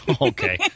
Okay